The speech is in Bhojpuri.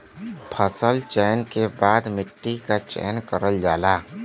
फसल चयन के बाद मट्टी क चयन करल जाला